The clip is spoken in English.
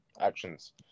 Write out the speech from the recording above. Actions